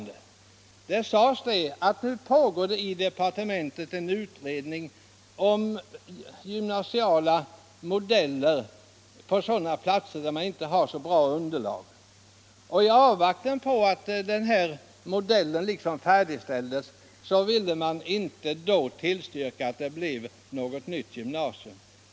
Det sades att i departementet pågick en utredning om gymnasiala modeller för platser där det inte fanns så bra underlag. I avvaktan på att dessa modeller skulle färdigställas ville man inte tillstyrka förslaget om ett gymnasium i Simrishamn.